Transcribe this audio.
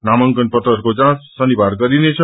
नामार्कन पत्रहरूको जाँच शनिवार गरिनेछ